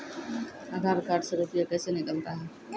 आधार कार्ड से रुपये कैसे निकलता हैं?